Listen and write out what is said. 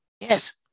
Yes